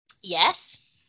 Yes